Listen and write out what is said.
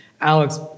Alex